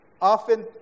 Often